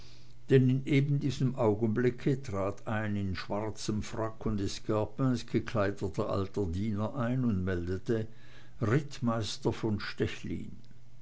denn in eben diesem augenblicke trat ein in schwarzen frack und escarpins gekleideter alter diener ein und meldete rittmeister von stechlin